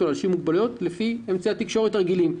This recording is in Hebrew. לאנשים עם מוגבלויות לפי אמצעי התקשורת הרגילים.